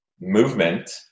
movement